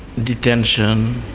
detention.